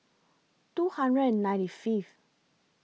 two hundred and ninety Fifth